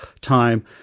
time